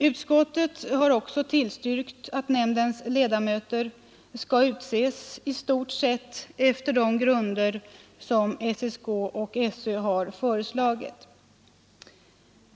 Utskottet har också tillstyrkt att nämndens ledamöter utses i stort sett efter de grunder som SÖ och SSK har föreslagit.